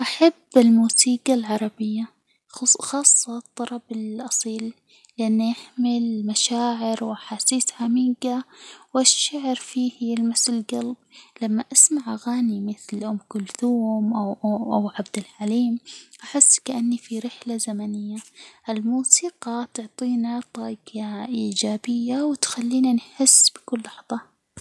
أحب الموسيجى العربية، خاصة الطرب الأصيل؛ لأنه يحمل مشاعر وأحاسيس عميجة ، والشعر فيه يلمس الجلب، لما أسمع أغاني مثل أم كلثوم، أو أو أو عبد الحليم، أحس كأني في رحلة زمنية، الموسيقى تعطينا طاقة إيجابية وتخلينا نحس بكل لحظة.